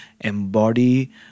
embody